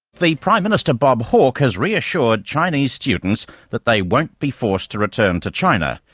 the prime minister, bob hawke, has reassured chinese students that they won't be forced to return to china.